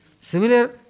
Similar